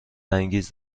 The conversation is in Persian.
انگیز